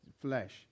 flesh